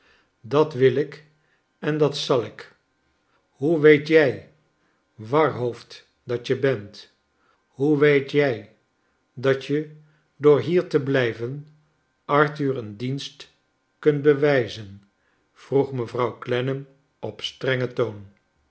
dat wil ik en dat zal ik v hoe weet jij warhoofd dat je bent hoe weet jij dat je door hier te blijven arthur een dienst kunt bewijzen vroeg mevrouw clennam op strengen toon